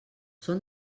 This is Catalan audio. són